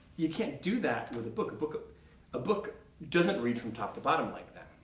you can't do that with a book. a book a a book doesn't read from top to bottom like that.